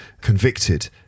convicted